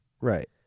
Right